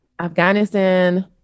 afghanistan